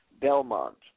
Belmont